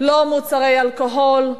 לא מוצרי אלכוהול,